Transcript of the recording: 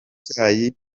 cyayi